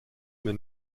mir